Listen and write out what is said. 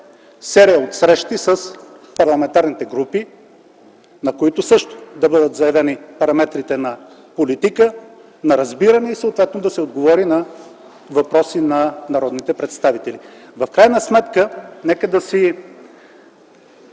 серия от срещи с парламентарните групи, на които също да бъдат заявени параметрите на политика, на разбиране и съответно да се отговори на въпроси на народните представители. Нека да си